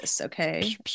okay